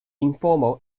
informal